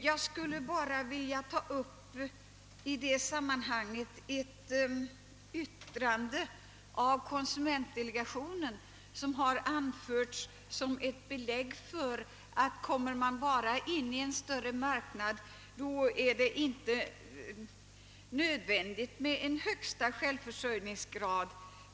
Jag skulle i detta sammanhang vilja ta upp det yttrande av konsumentdelegationen, vilket har anförts som ett belägg för att delegationen anser, att kommer vi bara in i en stormarknad, så är det inte nödvändigt med att fastställa en högsta självförsörjningsgrad.